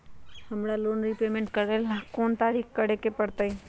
हमरा loan repayment कोन तारीख के करे के परतई?